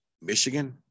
Michigan